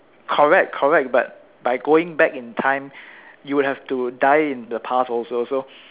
correct correct but by going back in time you have to die in the past also so